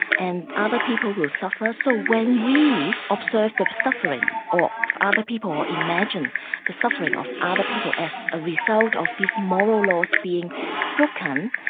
and other people will suffer, so when we observe them suffering, or other people imagine the suffering of other people as a result of these moral laws being broken,